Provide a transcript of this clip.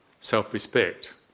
self-respect